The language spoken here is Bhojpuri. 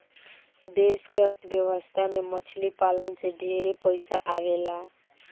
देश के अर्थ व्यवस्था में मछली पालन से ढेरे पइसा आवेला